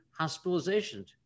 hospitalizations